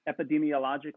epidemiologically